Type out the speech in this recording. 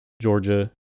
Georgia